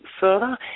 further